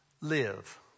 Live